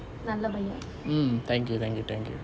mm thank you thank you thank you